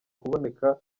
kuboneka